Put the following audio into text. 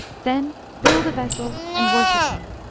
then build a vessel and worship me.